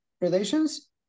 relations